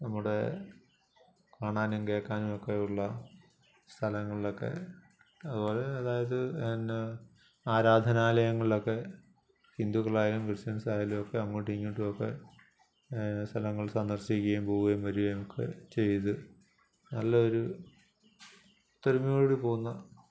നമ്മുടെ കാണാനും കേൾക്കാനും ഒക്കെയുള്ള സ്ഥലങ്ങളിലൊക്കെ അതുപോലെ അതായത് എന്നാ ആരാധനാലയങ്ങളിലൊക്കെ ഹിന്ദുക്കളായാലും ക്രിസ്ത്യൻസായാലും ഒക്കെ അങ്ങോട്ടും ഇങ്ങോട്ടുമൊക്കെ സ്ഥലങ്ങൾ സന്ദർശിക്കുകയും പോവുകയും വരികയും ഒക്കെ ചെയ്ത് നല്ല ഒരു ഒത്തൊരുമയോടുകൂടി പോകുന്ന